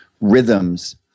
rhythms